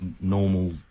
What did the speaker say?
normal